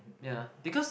ya because